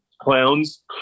clowns